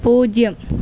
പൂജ്യം